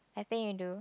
I think you knew